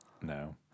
No